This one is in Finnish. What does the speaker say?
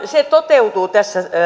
se toteutuu tässä